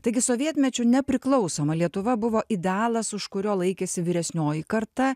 taigi sovietmečiu nepriklausoma lietuva buvo idealas už kurio laikėsi vyresnioji karta